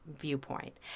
viewpoint